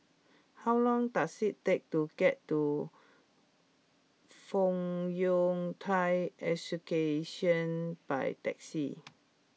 how long does it take to get to Fong Yun Thai by taxi